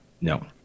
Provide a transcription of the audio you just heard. No